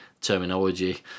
terminology